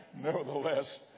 nevertheless